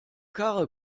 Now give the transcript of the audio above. karre